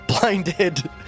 blinded